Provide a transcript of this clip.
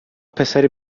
پسری